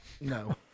No